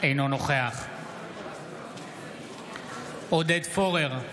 אינו נוכח עודד פורר,